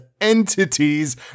entities